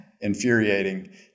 infuriating